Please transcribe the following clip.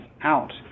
out